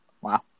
Wow